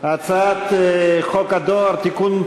הצעת חוק הדואר (תיקון,